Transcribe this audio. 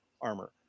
armor